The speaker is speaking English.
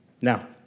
Now